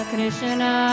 Krishna